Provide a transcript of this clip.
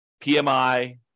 PMI